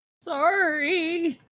Sorry